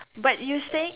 but you saying